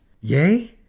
Yay